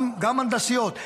גם הנדסית,